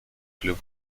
club